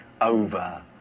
over